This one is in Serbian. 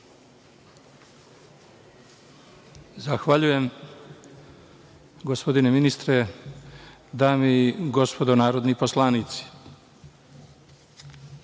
Zahvaljujem. Gospodine ministre, dame i gospodo narodni poslanici,